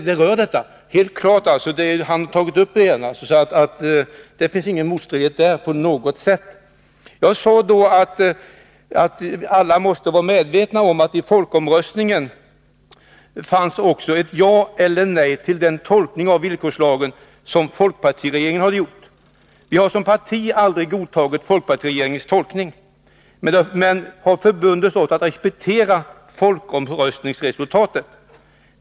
Herr talman! Det jag tänkte säga rör Hadar Cars anförande — han har tagit upp samma resonemang. Det finns alltså ingen motsättning där. Jag sade tidigare att alla måste vara medvetna om att det i folkomröstningen gällde också ett ja eller ett nej till den tolkning av villkorslagen som folkpartiregeringen hade gjort. Centern har som parti aldrig godtagit folkpartiregeringens tolkning, men vi har förbundit oss att respektera folkomröstningsresultatet.